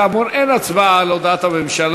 כאמור, אין הצבעה על הודעת הוועדה.